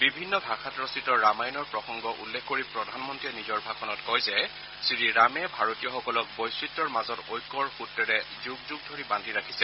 বিভিন্ন ভাষাত ৰচিত ৰামায়ণৰ প্ৰসংগ উল্লেখ কৰি প্ৰধানমন্ত্ৰীয়ে নিজৰ ভাষণত কয় যে শ্ৰীৰামে ভাৰতীয়সকলক বৈচিত্ৰ্যৰ মাজত ঐক্যৰ সূত্ৰৰে যুগ যুগ ধৰি বাদ্ধি ৰাখিছে